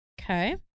Okay